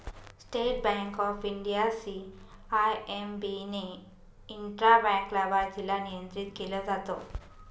state Bank of India, CIMB ने intra bank लाभार्थीला नियंत्रित केलं जात